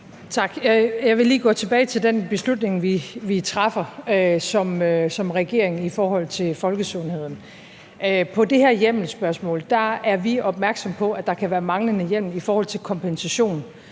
Tak. Jeg vil lige gå tilbage til den beslutning, vi træffer som regering, i forhold til folkesundheden. På det her hjemmelspørgsmål er vi opmærksomme på, at der kan være manglende hjemmel i forhold til kompensation